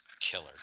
killer